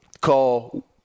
call